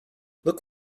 look